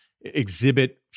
exhibit